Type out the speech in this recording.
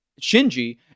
Shinji